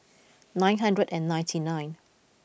nine hundred and ninety nine